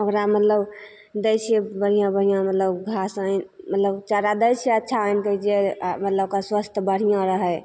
ओकरा मतलब दै छियै बढ़िआँ बढ़िआँ मतलब घास वहीँ मतलब चारा दै छियै अच्छा आनिके जेकि मतलब ओकर स्वस्थ्य बढ़िआँ रहै